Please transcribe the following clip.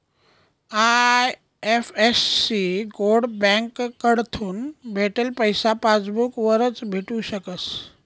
IFSC code बँककडथून भेटेल पैसा पासबूक वरच भेटू शकस